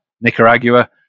Nicaragua